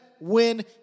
win